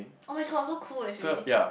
oh-my-god so cool actually